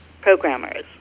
programmers